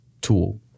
tool